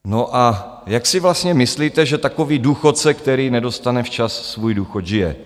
No a jak si vlastně myslíte, že takový důchodce, který nedostane včas svůj důchod, žije?